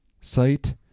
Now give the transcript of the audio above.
site